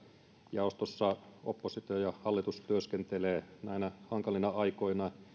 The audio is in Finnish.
jaostossa oppositio ja hallitus työskentelevät näinä hankalina aikoina